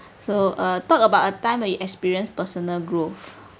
so err talk about a time when you experience personal growth